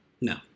No